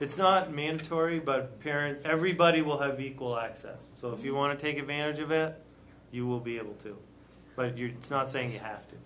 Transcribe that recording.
it's not mandatory but parents everybody will have equal access so if you want to take advantage of it you will be able to but not say have to